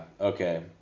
Okay